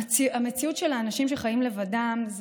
המציאות של האנשים שחיים לבדם,